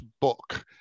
book